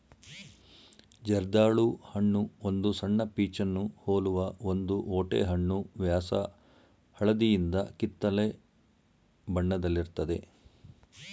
ಜರ್ದಾಳು ಹಣ್ಣು ಒಂದು ಸಣ್ಣ ಪೀಚನ್ನು ಹೋಲುವ ಒಂದು ಓಟೆಹಣ್ಣು ವ್ಯಾಸ ಹಳದಿಯಿಂದ ಕಿತ್ತಳೆ ಬಣ್ಣದಲ್ಲಿರ್ತದೆ